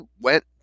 went